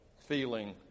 feeling